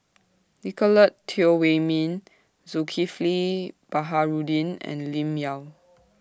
Nicolette Teo Wei Min Zulkifli Baharudin and Lim Yau